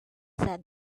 said